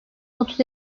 otuz